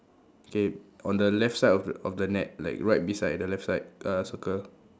K on the left side of the of the net like right beside the left side uh circle